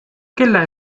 kelle